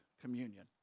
communion